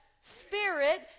spirit